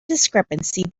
discrepancy